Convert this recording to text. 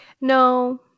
No